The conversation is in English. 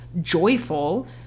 joyful